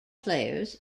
players